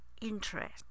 interest